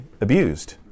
abused